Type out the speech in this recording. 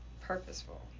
purposeful